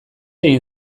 egin